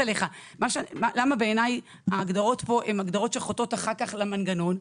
למה בעיניי ההגדרות פה חוטאות אחר כך למנגנון?